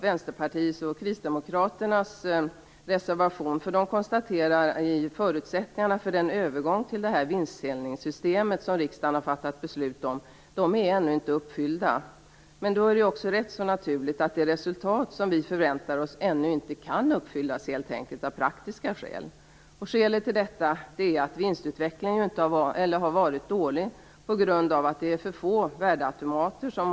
Vänsterpartiet och Kristdemokraterna konstaterar i sin reservation att förutsättningarna för den övergång till vinstdelningssystem som riksdagen har fattat beslut om ännu inte är uppfyllda. Då är det ju också rätt naturligt att det resultat som vi förväntar oss ännu inte kan uppfyllas. Skälet till detta är att vinstutvecklingen har varit dålig på grund av att det har funnits för få värdeautomater.